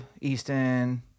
easton